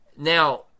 Now